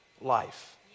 life